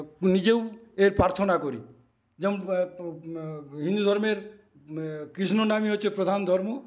নিজেও এর প্রার্থনা করি যেমন হিন্দু ধর্মের কৃষ্ণনামই হচ্ছে প্রধান ধর্ম